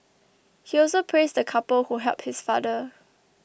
he also praised the couple who helped his father